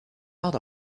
out